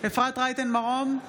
רייטן מרום,